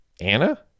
Anna